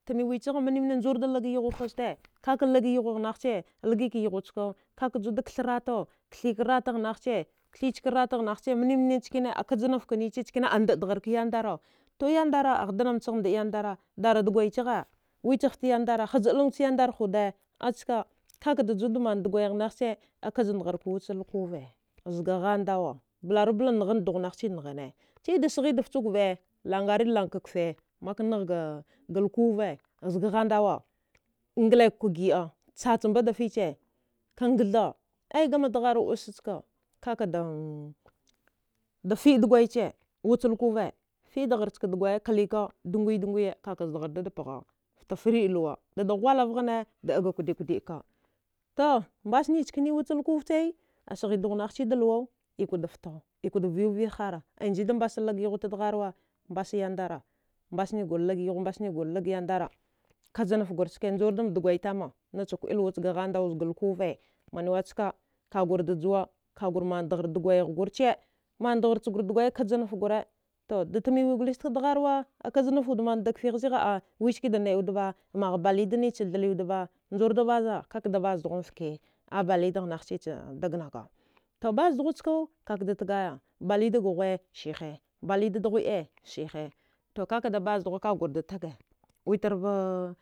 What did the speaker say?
Timi wi ee mine mine jjura da liga yuhwea naware zita ka lga yuhwe nahaci, lga ka yuhwa nahaca lga ka yuhwa caka ka ju da katha rata, katha rata nahayaca mine mine a kdjanafe nickena a hladaraka, a ndidhara ka yadara ndiahara, a hidima ndi yadara da dugwaya ci, wifte yadara, hzda dalgwal da yadara ha ski, ka ka juwa mana dagwaya naci a kdjaraka wuce lukwne zaga handuwa blavubalni dughunaci nahaya ne sai da siyi da fuci bda lagva laga ka kfe mka nahaga lukwuve ziga handuwa, dlakwa gida tsatsa mba da fici, ka gagtha, aya ussa daruwa, ka fida dugwaya ci wuci lukwuve ziga handuwa fidara aka dugwayaci klika da gwidagwi ka zadye da paha fte fita lawa, da hwalvane da diga kwide kwidi ka ha, mbasine nekene waje lukuwve a sihi dughwana da luwa iko da fata, inko da viyu viya hara, niji dambasa lga yuhwa ci dughwaru, mbasme yadari mbasine gru lega yuhwa kajifa gwar ski, njwun da dugwaya tama, naci kudila wucega lukwuve zaga handuwa wuce ka gwre da juwa, gwre mna dari dugwaya gure ca mandari chukujura, kajinife, da tima wi dughwaru, a kajinife wude mna daga fighe wi ski da mana wude ba, maha a balwide ca mani wude ba, zuju da baza, kata da baza dughu infka balwide nahanice at da digana baza dughaca ka ka dighwede sihi ka gwre da baza duha najile wude ba ka kure da dikga